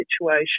situation